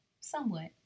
somewhat